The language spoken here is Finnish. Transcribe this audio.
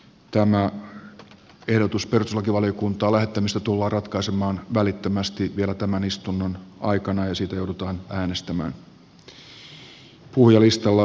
tänään tiedotusta lakivaliokunta lähettämisen tulla ratkaisemaan välittömästi vielä tämän istunnon aikana niin mitkä sitten